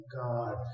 God